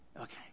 Okay